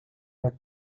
jak